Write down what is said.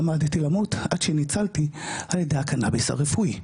עמדתי למות, עד שניצלתי על ידי הקנאביס הרפואי.